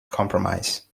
compromise